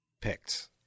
picked